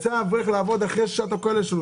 אברך יצא לעבוד אחרי שעות הכולל שלו,